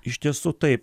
iš tiesų taip